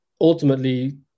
Ultimately